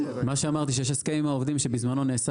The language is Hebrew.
אמרתי שיש הסכם עם העובדים שבזמנו נעשה